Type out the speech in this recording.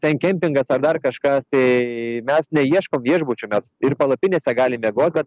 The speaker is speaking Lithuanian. ten kempingas tą dar kažkas tai mes neieškom viešbučio mes ir palapinėse galim miegot